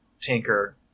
Tinker